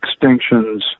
extinctions